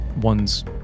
One's